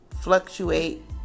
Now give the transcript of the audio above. fluctuate